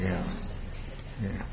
yeah yeah